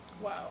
Wow